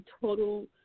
total